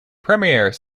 premiere